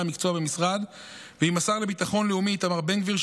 המקצוע במשרד ועם השר לביטחון לאומי איתמר בן גביר,